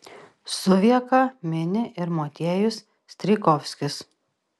suvieką mini ir motiejus strijkovskis